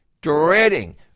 dreading